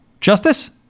Justice